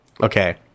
Okay